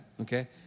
okay